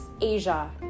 Asia